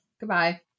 Goodbye